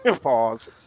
pause